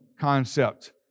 concept